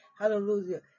hallelujah